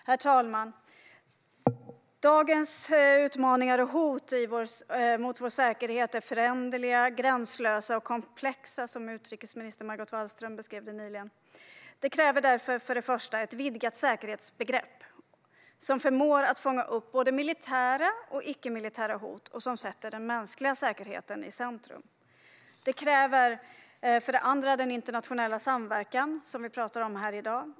Herr talman! Dagens utmaningar och hot mot vår säkerhet är föränderliga, gränslösa och komplexa, som utrikesminister Margot Wallström beskrev det nyligen. De kräver därför för det första ett vidgat säkerhetsbegrepp som förmår att fånga upp både militära och icke-militära hot och som sätter mänsklig säkerhet i centrum. De kräver för det andra den internationella samverkan som vi talar om här i dag.